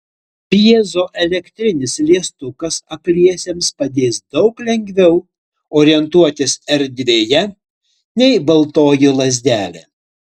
pjezoelektrinis liestukas akliesiems padės daug lengviau orientuotis erdvėje nei baltoji lazdelė